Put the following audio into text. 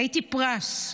הייתי פרס,